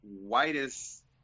whitest